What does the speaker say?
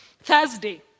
Thursday